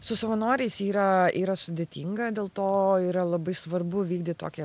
su savanoriais yra yra sudėtinga dėl to yra labai svarbu vykdyt tokią